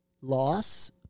loss